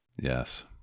Yes